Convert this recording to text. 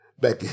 Back